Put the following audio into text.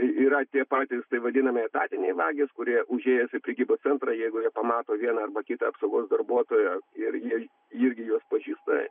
yra tie patys vadinamieji etatiniai vagys kurie užėjęs į prekybos centrą jeigu jie pamato vieną arba kitą apsaugos darbuotoją ir jie irgi juos pažįsta